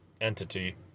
entity